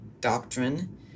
doctrine